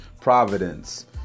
providence